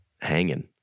hanging